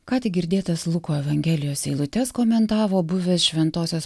ką tik girdėtas luko evangelijos eilutes komentavo buvęs šventosios